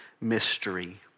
mystery